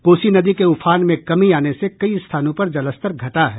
कोसी नदी के उफान में कमी आने से कई स्थानों पर जलस्तर घटा है